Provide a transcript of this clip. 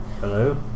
Hello